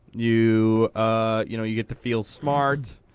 you ah you know you get to feel smart.